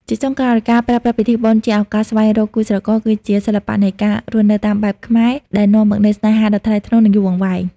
ជាចុងក្រោយ ការប្រើប្រាស់ពិធីបុណ្យជាឱកាសស្វែងរកគូស្រករ គឺជាសិល្បៈនៃការរស់នៅតាមបែបខ្មែរ ដែលនាំមកនូវស្នេហាដ៏ថ្លៃថ្នូរ និងយូរអង្វែង។